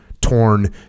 torn